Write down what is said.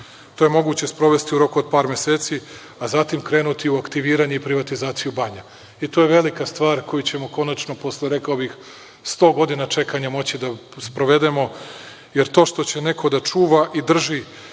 To je moguće sprovesti u roku od par meseci, a zatim krenuti u aktiviranje i privatizaciju banja. To je velika stvar koju ćemo konačno, rekao bih, posle 100 godina čekanja moći da sprovedemo, jer to što će neko da čuva i drži